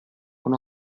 con